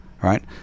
right